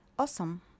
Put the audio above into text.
Awesome